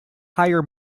higher